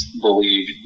believe